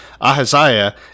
Ahaziah